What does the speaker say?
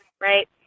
right